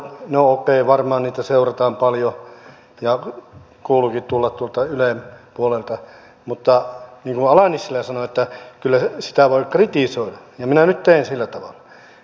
no okei varmaan niitä seurataan paljon ja kuuluukin tulla tuolta ylen puolelta mutta niin kuin ala nissilä sanoi kyllä sitä voi kritisoida ja minä nyt teen sillä tavalla